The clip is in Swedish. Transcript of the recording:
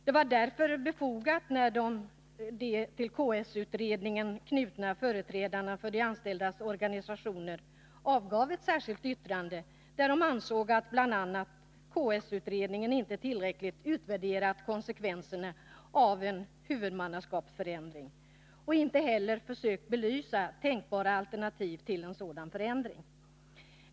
Det var därför befogat när de till KS-utredningen knutna företrädarna för de anställdas organisationer avgav ett särskilt yttrande, där de bl.a. ansåg att KS-utredningen inte tillräckligt utvärderat konsekvenserna av en huvudmannaskapsförändring och inte heller försökt belysa tänkbara alternativ till en sådan förändring.